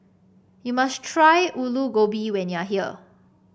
you must try Alu Gobi when you are here